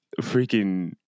Freaking